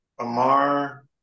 Amar